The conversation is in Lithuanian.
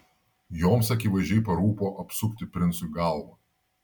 joms akivaizdžiai parūpo apsukti princui galvą